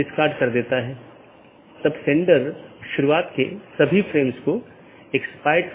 1 open message दो सहकर्मी nodes के बीच एक BGP सत्र स्थापित करता है